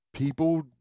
people